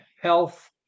health